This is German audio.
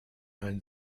ein